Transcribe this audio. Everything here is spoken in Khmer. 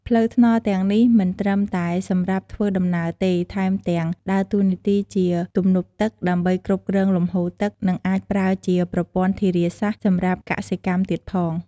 ផ្លូវថ្នល់ទាំងនេះមិនត្រឹមតែសម្រាប់ធ្វើដំណើរទេ ថែមទាំងដើរតួនាទីជា ទំនប់ទឹក ដើម្បីគ្រប់គ្រងលំហូរទឹក និងអាចប្រើជា ប្រព័ន្ធធារាសាស្រ្ត សម្រាប់កសិកម្មទៀតផង។